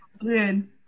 Good